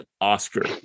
Oscar